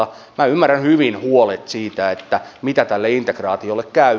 minä ymmärrän hyvin huolet siitä miten tälle integraatiolle käy